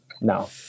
No